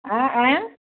ଆଁ ଆଁ